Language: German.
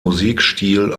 musikstil